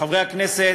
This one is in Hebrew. חברי הכנסת,